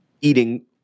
eating